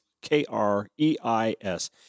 K-R-E-I-S